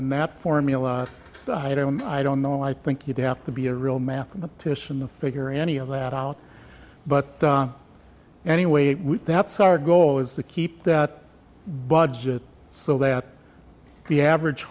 in that formula i don't i don't know i think you'd have to be a real mathematician a figure any of that out but anyway we that's our goal is to keep that budget so that the average